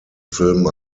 filmen